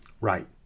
Right